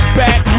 back